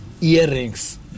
earrings